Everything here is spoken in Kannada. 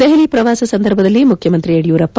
ದೆಹಲಿ ಪ್ರವಾಸ ಸಂದರ್ಭದಲ್ಲಿ ಮುಖ್ಯಮಂತ್ರಿ ಯಡಿಯೂರಪ್ಪ